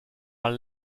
are